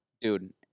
Dude